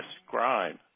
describe